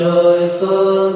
joyful